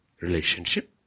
relationship